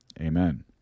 amen